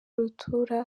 rutura